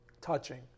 Touching